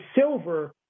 silver